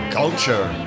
culture